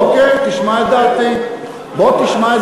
אוקיי, תשמע את דעתי, בוא תשמע את